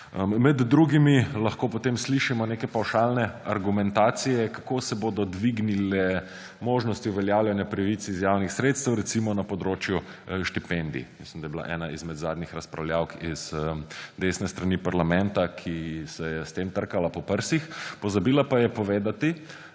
Med drugimi lahko potem slišimo neke pavšalne argumentacije, kako se bodo dvignile možnosti uveljavljanja pravic iz javnih sredstev, recimo na področju štipendij. Mislim, da je bila ena izmed zadnjih razpravljavk z desne strani parlamenta tista, ki se je s tem trkala po prsih, pozabila pa je povedati,